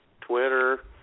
Twitter